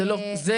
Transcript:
זה